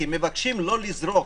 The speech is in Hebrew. כי מבקשים לא לזרוק.